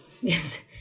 Yes